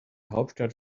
hauptstadt